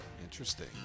Interesting